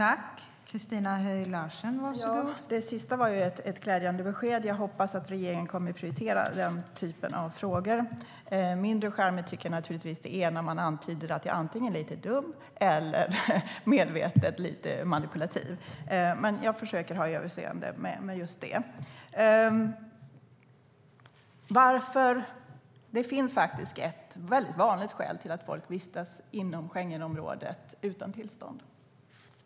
Fru talman! Det sista var ett glädjande besked. Jag hoppas att regeringen kommer att prioritera den typen av frågor. Det finns ett vanligt skäl till att folk vistas inom Schengenområdet utan tillstånd.